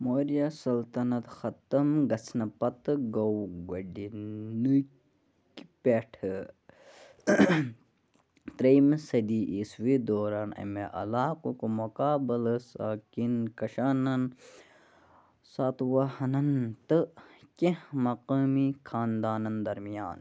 مٲلیہ سلطنت ختم گژھنہٕ پتہٕ گوٚو گۄڈٕنٕکۍ پٮ۪ٹھٕ ترٛیٚیِمہِ صدی عیسوی دوران اَمہِ علاقُک مقابلہٕ سٲکن کشانَن ساتوُہنَن تہٕ کینٛہہ مقٲمی خاندانَن درمیان